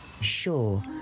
Sure